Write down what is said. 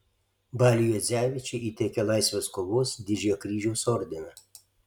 baliui juodzevičiui įteikė laisvės kovos didžiojo kryžiaus ordiną